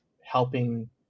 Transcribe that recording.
helping